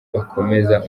bakomeza